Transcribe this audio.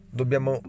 dobbiamo